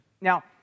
Now